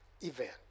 event